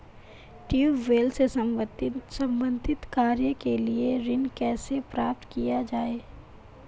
Tubewell से संबंधित कार्य के लिए ऋण कैसे प्राप्त किया जाए?